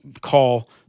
call